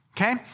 okay